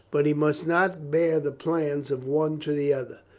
but he must not bear the plans of one to the other.